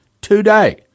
today